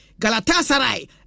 Galatasaray